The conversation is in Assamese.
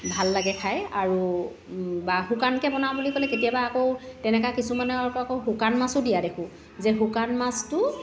ভাল লাগে খাই আৰু বা শুকানকৈ বনাও বুলি ক'লে কেতিয়াবা আকৌ তেনেকুৱা কিছুমানৰ আকৌ শুকান মাছো দিয়া দেখো যে শুকান মাছটো